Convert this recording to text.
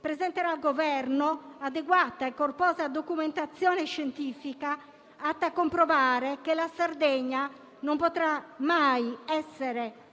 presenterà al Governo adeguata e corposa documentazione scientifica atta a comprovare che la Sardegna non potrà mai essere